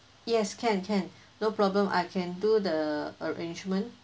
yes can can no problem I can do the arrangement